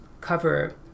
cover